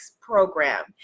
program